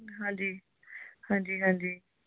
ਹਾਂਜੀ ਹਾਂਜੀ ਹਾਂਜੀ